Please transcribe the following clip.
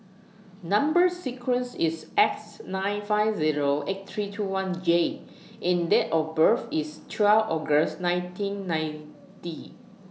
Number sequence IS S nine five Zero eight three two one J and Date of birth IS twelve August nineteen ninety